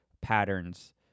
patterns